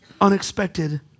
Unexpected